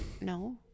No